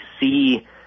see